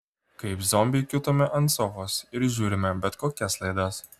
kaip zombiai kiūtome ant sofos ir žiūrime bet kokias laidas